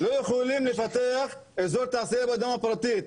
לא יכולים לפתח אזור תעשייה באדמה פרטית,